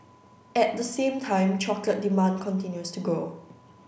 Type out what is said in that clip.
at the same time chocolate demand continues to grow